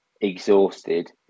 exhausted